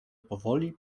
powoli